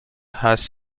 has